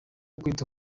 kwita